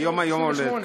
היום יום ההולדת.